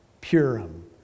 Purim